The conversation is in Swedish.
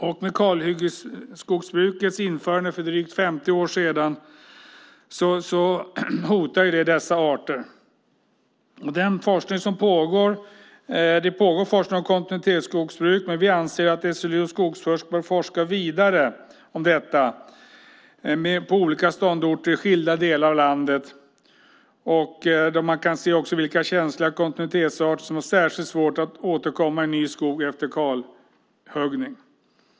Införandet av kalhyggesskogsbruk för drygt 50 år sedan är ett hot mot dessa arter. Det pågår forskning om kontinuitetsskogsbruk, men vi anser att SLU och Skogsforsk bör forska vidare om detta på olika ståndorter i skilda delar av landet. Då kan man se vilka känsliga kontinuitetsarter som har särskilt svårt att återkomma i ny skog efter kalhuggning.